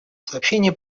сообщения